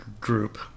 group